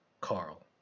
Carl